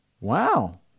Wow